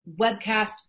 webcast